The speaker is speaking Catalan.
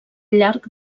llarg